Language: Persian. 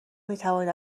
میتوانید